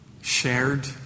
shared